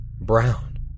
Brown